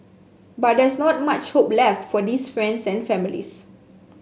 but there's not much hope left for these friends and families